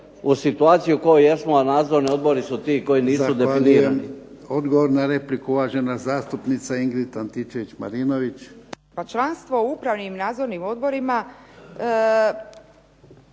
u situaciju u kojoj jesmo, a nadzorni odbori su ti koji nisu definirani. **Jarnjak, Ivan (HDZ)** Odgovor na repliku, uvažena zastupnica Ingrid Antičević-Marinović.